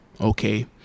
Okay